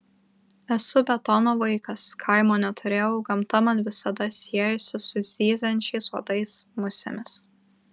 esu betono vaikas kaimo neturėjau gamta man visada siejosi su zyziančiais uodais musėmis